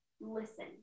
listen